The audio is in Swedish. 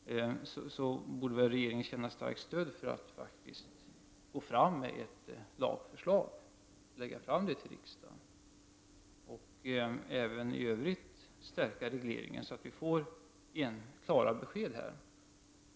Regeringen borde känna starkt stöd för att lägga fram ett lagförslag till riksdagen och även i övrigt stärka regeringen så att beskeden blir entydiga.